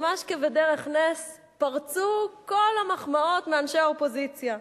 ממש כבדרך נס פרצו כל המחמאות מאנשי האופוזיציה.